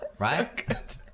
right